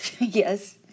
Yes